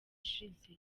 ishize